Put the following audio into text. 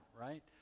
right